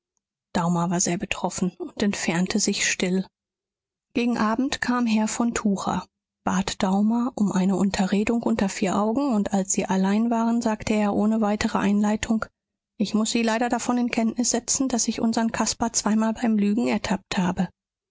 schön daumer war sehr betroffen und entfernte sich still gegen abend kam herr von tucher bat daumer um eine unterredung unter vier augen und als sie allein waren sagte er ohne weitere einleitung ich muß sie leider davon in kenntnis setzen daß ich unsern caspar zweimal beim lügen ertappt habe